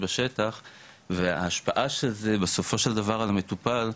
בשטח וההשפעה של זה בסופו של דבר המטופל,